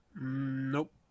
Nope